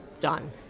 done